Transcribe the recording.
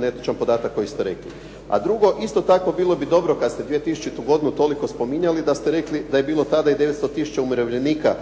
netočan podatak koji ste rekli. A drugo, isto tako bilo bi dobro kad ste 2000. godinu toliko spominjali da ste rekli da je bilo tada i 900 tisuća umirovljenika